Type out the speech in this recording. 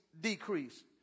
decrease